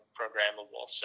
programmable